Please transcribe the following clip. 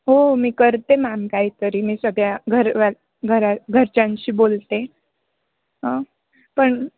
हो मी करते मॅम काहीतरी मी सगळ्या घरवा घरा घरच्यांशी बोलते हं पण